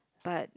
but